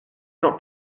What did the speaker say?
not